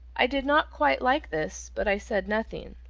i did not quite like this, but i said nothing.